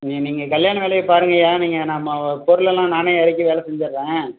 நீ நீங்கள் கல்யாண வேலையை பாருங்கய்யா நீங்கள் நம்ம பொருளெல்லாம் நானே இறக்கி வேலை செஞ்சிடுறேன்